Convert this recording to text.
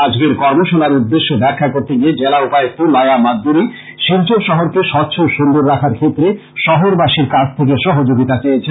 আজকের কর্মশালার উদ্দেশ্যে ব্যাখ্যা করতে গিয়ে জেলা উপায়ুক্ত লায়া মাদ্দুরী শিলচর শহরকে স্বচ্ছ সুন্দর রাখার ক্ষেত্রে শহরবাসীর কাছ থেকে সহযোগীতা চেয়েছেন